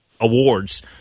awards